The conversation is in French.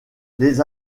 les